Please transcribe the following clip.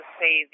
say